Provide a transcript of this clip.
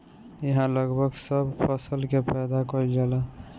इहा लगभग सब फसल के पैदा कईल जाला